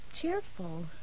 cheerful